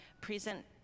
present